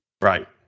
right